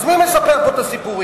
אז מי מספר פה את הסיפורים?